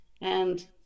And-